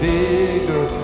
bigger